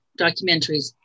documentaries